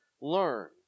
learn